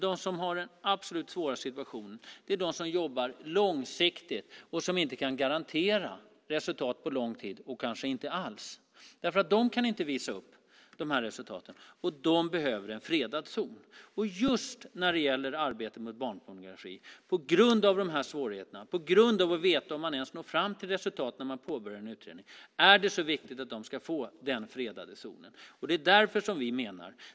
De som har den absolut svåraste situationen är de som jobbar långsiktigt, som inte kan garantera resultat på lång tid och kanske inte alls. De kan inte visa upp de här resultaten, och de behöver en fredad zon. Just när det gäller arbetet mot barnpornografi, på grund av de här svårigheterna, på grund av att man inte ens vet om man når fram till resultat när man påbörjar en utredning, är det viktigt att man får den här fredade zonen.